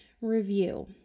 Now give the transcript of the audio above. review